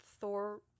Thor